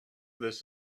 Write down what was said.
this